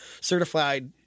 certified